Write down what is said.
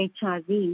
HIV